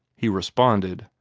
he responded,